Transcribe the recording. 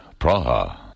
Praha